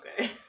Okay